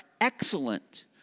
Excellent